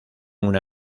una